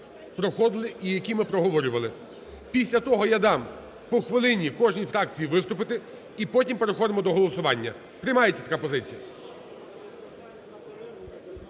проходили і які ми проговорювали. Після того я дам по хвилині кожній фракції виступити, і потім переходимо до голосування. Приймається така позиція?